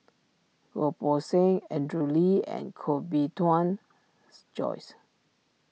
Goh Poh Seng Andrew Lee and Koh Bee Tuan Joyce